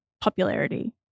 popularity